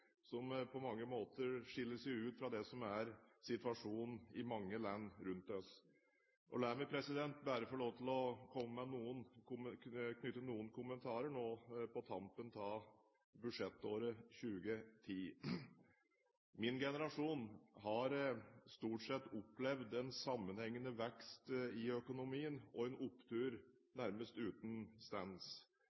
som på mange måter skiller seg ut fra det som er situasjonen i mange land rundt oss. La meg bare få lov til å knytte noen kommentarer til det nå på tampen av budsjettåret 2010. Min generasjon har stort sett opplevd en sammenhengende vekst i økonomien og en opptur nærmest uten stans.